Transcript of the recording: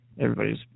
Everybody's